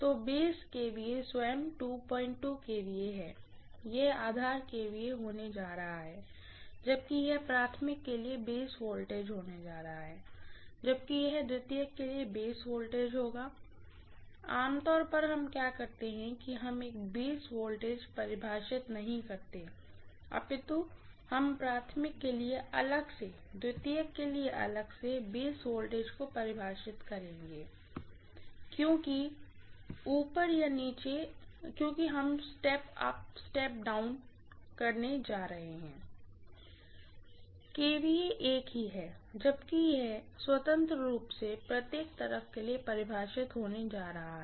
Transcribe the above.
तो base kVA स्वयं kVA है यह आधार kVA होने जा रहा है जबकि यह प्राइमरी के लिए बेस वोल्टेज होने जा रहा है जबकि यह सेकेंडरी के लिए बेस वोल्टेज होगा आम तौर पर हम क्या करते है कि हम एक बेस वोल्टेज परिभाषित नहीं करते अपितु हम प्राइमरी के लिए अलग से सेकेंडरी के लिए अलग से बेस वोल्टेज को परिभाषित करेंगे क्योंकि हम स्टेप अप या स्टेप डाउन रखने जा रहे हैं kVA एक ही है जबकि यह स्वतंत्र रूप से प्रत्येक तरफ के लिए परिभाषित होने जा रहा है